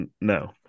No